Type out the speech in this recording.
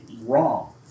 Wrong